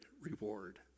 reward